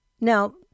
Now